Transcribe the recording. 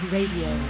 Radio